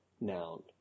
noun